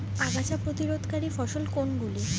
আগাছা প্রতিরোধকারী ফসল কোনগুলি?